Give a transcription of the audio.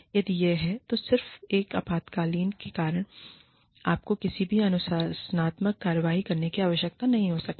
यदि यह है तो सिर्फ एक आपातकालीन के कारण आपको किसी भी अनुशासनात्मक कार्रवाई करने की आवश्यकता नहीं हो सकती है